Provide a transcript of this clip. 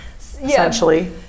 essentially